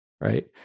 right